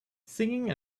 singing